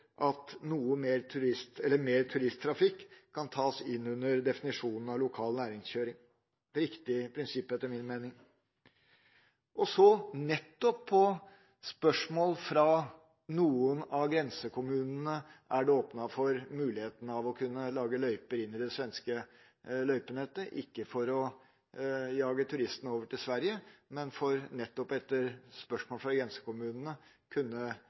at mer turisttrafikk kan tas innunder definisjonen «lokal næringskjøring» – etter min mening et riktig prinsipp. Nettopp på spørsmål fra noen av grensekommunene er det åpnet for muligheten til å lage løyper inn i det svenske løypenettet – ikke for å jage turistene over til Sverige, men nettopp for – etter spørsmål fra grensekommunene – å kunne